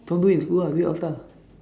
don't do it in school ah do it outside ah